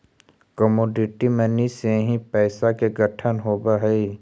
commodity money से ही पैसा के गठन होवऽ हई